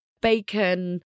bacon